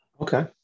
Okay